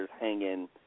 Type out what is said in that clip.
hanging